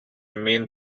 main